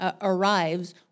arrives